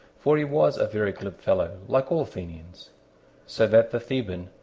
for he was a very glib fellow, like all athenians so that the theban,